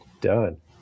done